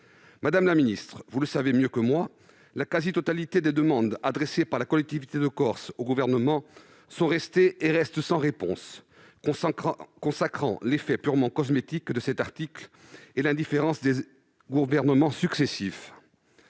Madame la ministre, vous le savez mieux que moi, la quasi-totalité des demandes adressées par la collectivité de Corse au Gouvernement sont restées sans réponse, preuve du caractère purement cosmétique de cet article et de l'indifférence des gouvernements successifs.